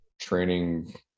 training